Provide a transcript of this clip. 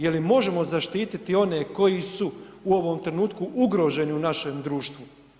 Je li možemo zaštititi one koji su u ovom trenutku ugroženi u našem društvu?